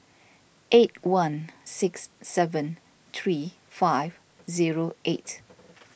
eight one six seven three five zero eight